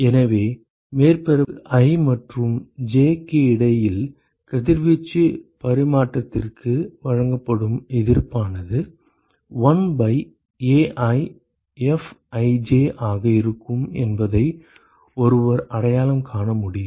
எனவே மேற்பரப்பு i மற்றும் j க்கு இடையில் கதிர்வீச்சு பரிமாற்றத்திற்கு வழங்கப்படும் எதிர்ப்பானது 1 பை AiFij ஆக இருக்கும் என்பதை ஒருவர் அடையாளம் காண முடியும்